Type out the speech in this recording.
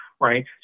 right